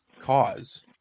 cause